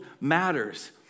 matters